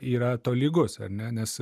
yra tolygus ar ne nes